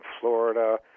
Florida